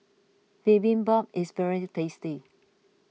Bibimbap is very tasty